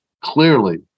Clearly